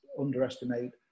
underestimate